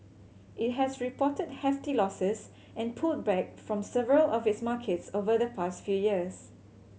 it has reported hefty losses and pulled back from several of its markets over the past few years